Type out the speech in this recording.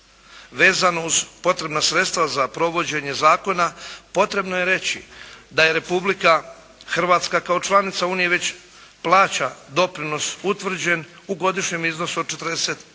Vezano uz potrebna sredstva za provođenje zakona potrebno je reći da Republika Hrvatska kao članica Unije već plaća doprinos utvrđen u godišnjem iznosu od 42